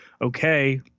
okay